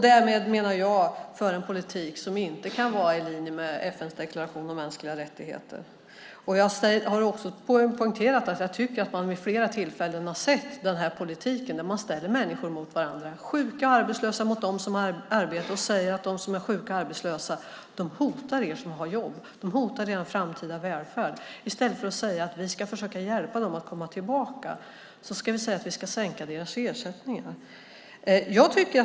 Därmed för man en politik som inte kan vara i linje med FN:s deklaration om mänskliga rättigheter. Jag har också poängterat att man vid flera tillfällen har sett den här politiken. Man ställer människor mot varandra, sjuka och arbetslösa mot dem som har arbete, och säger att de som är sjuka och arbetslösa hotar dem som har jobb, hotar deras framtida välfärd. I stället för att säga att vi ska försöka hjälpa dem att komma tillbaka sänker man deras ersättningar.